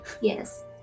Yes